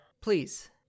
please